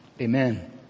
Amen